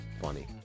funny